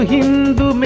Hindu